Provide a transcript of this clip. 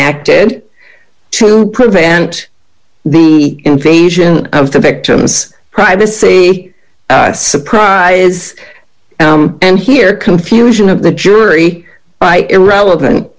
act to prevent the invasion of the victim's privacy surprises and here confusion of the jury by irrelevant